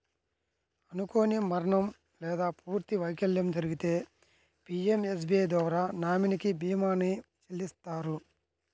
అనుకోని మరణం లేదా పూర్తి వైకల్యం జరిగితే పీయంఎస్బీఐ ద్వారా నామినీకి భీమాని చెల్లిత్తారు